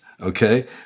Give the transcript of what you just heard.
okay